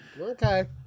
Okay